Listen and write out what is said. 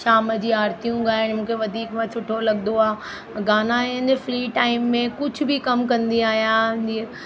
शाम जी आरतियूं गाइण मूंखे वधीक मां सुठो लॻदो आहे गाना गाना ऐं मुंहिंजे फ्री टाइम में कुझु बि कमु कंदी आहियां जीअं